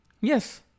Yes